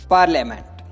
Parliament